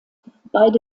beide